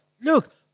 look